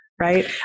Right